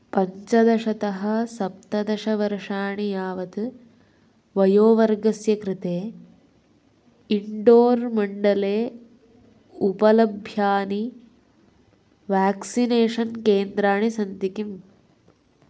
पञ्चदशतः सप्तदशवर्षाणि यावत् वयोवर्गस्य कृते इण्डोर्मण्डले उपलभ्यानि व्याक्सिनेषन् केन्द्राणि सन्ति किम्